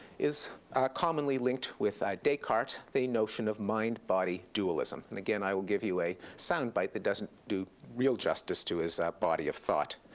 is commonly linked with descartes, the notion of mind, body dualism. and again, i will give you a sound bite that doesn't do real justice to his body of thought.